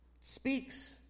speaks